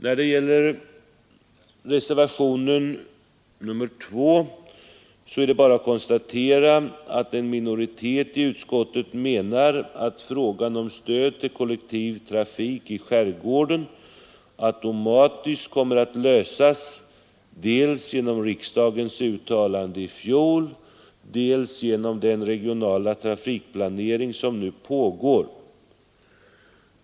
När det gäller reservationen 2 är det bara att konstatera att en minoritet i utskottet menar att frågan om stöd till kollektiv trafik i skärgården automatiskt kommer att lösas, dels genom riksdagens uttalande i fjol, dels genom den regionala trafikplanering som nu pågår.